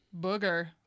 Booger